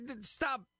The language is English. Stop